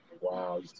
Wow